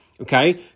okay